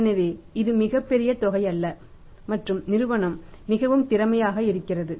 எனவே இது மிகப் பெரிய தொகை அல்ல மற்றும் நிறுவனம் மிகவும் திறமையாக இருக்கிறது